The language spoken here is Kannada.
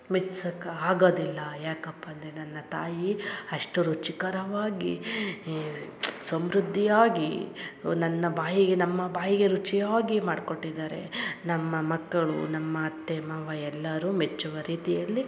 ಮೆಚ್ಸಕ್ಕೆ ಆಗದಿಲ್ಲ ಯಾಕಪ್ಪ ಅಂದರೆ ನನ್ನ ತಾಯಿ ಅಷ್ಟು ರುಚಿಕರವಾಗಿ ಸಮೃದ್ಧಿಯಾಗಿ ಓ ನನ್ನ ಬಾಯಿಗೆ ನಮ್ಮ ಬಾಯಿಗೆ ರುಚಿಯಾಗಿ ಮಾಡ್ಕೊಟ್ಟಿದ್ದಾರೆ ನಮ್ಮ ಮಕ್ಕಳು ನಮ್ಮ ಅತ್ತೆ ಮಾವ ಎಲ್ಲರು ಮೆಚ್ಚುವ ರೀತಿಯಲ್ಲಿ